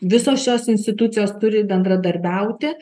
visos šios institucijos turi bendradarbiauti